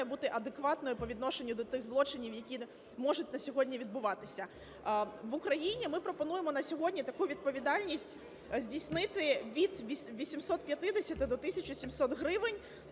бути адекватною по відношенню до тих злочинів, які можуть на сьогодні відбуватися. В Україні ми пропонуємо на сьогодні таку відповідальність здійснити від 850 до 1700, гривень